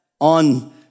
on